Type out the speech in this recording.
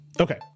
Okay